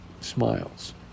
smiles